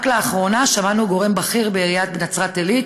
רק לאחרונה שמענו גורם בכיר בעיריית נצרת עילית